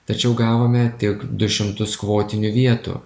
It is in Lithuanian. tačiau gavome tik du šimtus kvotinių vietų